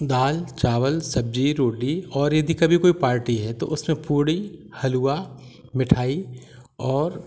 दाल चावल सब्जी रोटी और यदि कभी कोई पार्टी है तो उसमें पूड़ी हलुआ मिठाई और